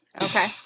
Okay